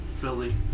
Philly